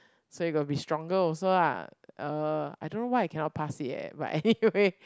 so you got to be stronger also lah uh I don't know why I cannot pass it eh but anyway